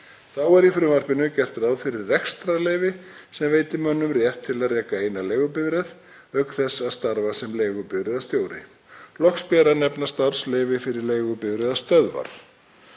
Þá er í frumvarpinu gert ráð fyrir rekstrarleyfi sem veitir mönnum rétt til að reka eina leigubifreið auk þess að starfa sem leigubifreiðarstjórar. Loks ber að nefna starfsleyfi fyrir leigubifreiðastöðvar.